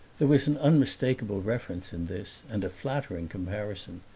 there was an unmistakable reference in this and a flattering comparison,